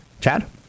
chad